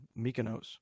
Mykonos